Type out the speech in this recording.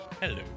Hello